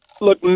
Look